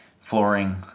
flooring